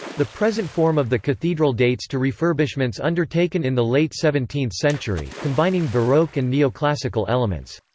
the present form of the cathedral dates to refurbishments undertaken in the late seventeenth century, combining baroque and neoclassical elements.